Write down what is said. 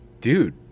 Dude